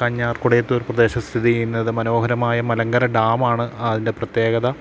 കാഞ്ഞാർ കൊടയത്തൂര് പ്രദേശം സ്ഥിതി ചെയ്യുന്നത് മനോഹരമായ മലങ്കര ഡാമാണ് ആ അതിൻ്റെ പ്രത്യേകത